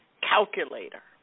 calculator